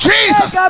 Jesus